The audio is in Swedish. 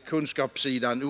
på kunskapssidan.